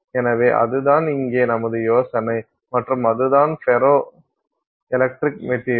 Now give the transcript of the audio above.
எனவே அதுதான் இங்கே நமது யோசனை மற்றும் அதுதான் ஃபெரோ எலக்ட்ரிக் மெட்டீரியல்